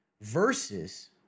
Versus